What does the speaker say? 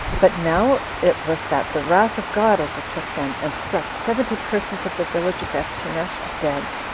but now it was that the wrath of god overtook them, and struck seventy persons of the village of bethshemesh dead,